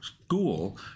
school